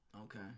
Okay